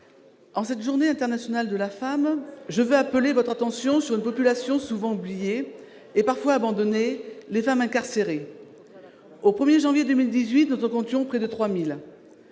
C'est la Journée internationale des droits des femmes !... je veux appeler votre attention sur une population souvent oubliée et parfois abandonnée : les femmes incarcérées. Au 1 janvier 2018, nous en comptions près de 3 000.